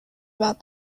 about